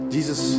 Jesus